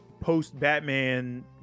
post-Batman